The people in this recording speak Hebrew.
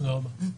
תודה רבה.